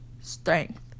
strength